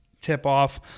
tip-off